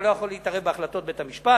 אתה לא יכול להתערב בהחלטות בית-המשפט,